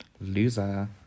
Loser